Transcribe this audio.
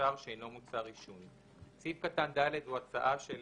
מוצר שאינו מוצר עישון." סעיף קטן ד' הוא הצעה של